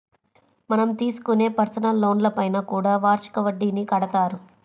మనం తీసుకునే పర్సనల్ లోన్లపైన కూడా వార్షిక వడ్డీని కడతారు